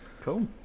Cool